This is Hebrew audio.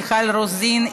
מיכל רוזין,